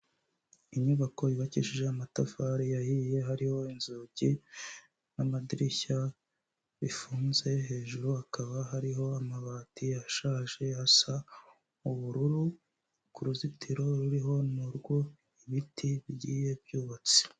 Inyubako yubakishije amatafari yahiye hariho inzugi n'amadirishya bifunze hejuru, hakaba hariho amabati yashaje asa ubururu, ku ruzitiro ruriho ni urwo ibiti bigiye byubatse.